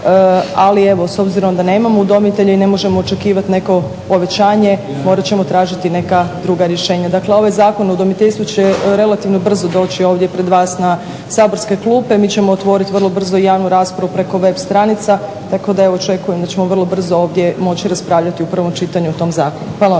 Ali evo s obzirom da nemamo udomitelje i ne možemo očekivati neko povećanje morat ćemo tražiti neka druga rješenja. Dakle ovaj zakon o udomiteljstvu će relativno brzo doći ovdje pred vas na saborske klupe. Mi ćemo otvoriti vrlo brzo i javnu raspravu preko web stranica tako da evo očekujem da ćemo vrlo brzo ovdje moći raspravljati u prvom čitanju o tom zakonu. Hvala